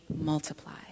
multiply